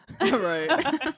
Right